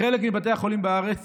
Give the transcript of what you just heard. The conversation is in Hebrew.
בחלק מבתי החולים בארץ